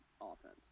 offense